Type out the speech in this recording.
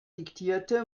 diktierte